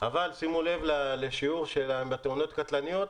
אבל שימו לב לשיעור שלהם בתאונות קטלניות,